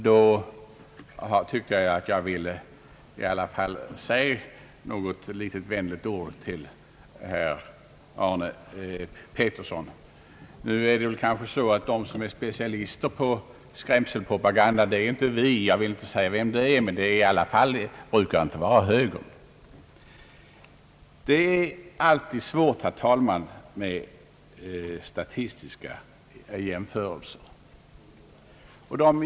Då tyckte jag att jag i alla fall ville svara med några vänliga ord. De som är specialister på skrämselpropaganda är väl inte vi. Jag vill inte säga vilket parti som excellerar i sådan propaganda, men det brukar i alla fall inte vara högern. Det är alltid svårt, herr talman, med statistiska jämförelser.